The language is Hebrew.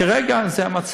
כרגע, זה המצב.